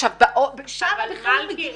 שם בכלל -- אבל מלכי,